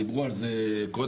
דיברו על זה קודם.